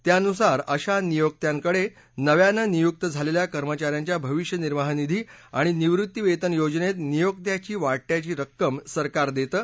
त्यानुसार अशा नियोक्त्यांकडे नव्यानं नियुक झालेल्या कर्मचाऱ्याच्या भविष्य निर्वाह निधी आणि निवृत्ती वेतन योजनेत नियोक्त्याच्या वाटयाची रक्कम सरकार देतं